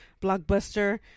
blockbuster